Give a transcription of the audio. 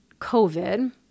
COVID